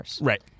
Right